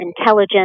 intelligence